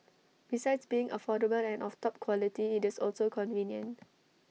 besides being affordable and of top quality IT is also convenient